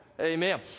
Amen